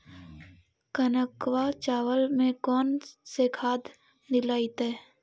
कनकवा चावल में कौन से खाद दिलाइतै?